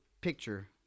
picture